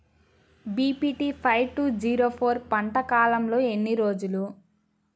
BPT five two zero four పంట కాలంలో ఎన్ని రోజులు?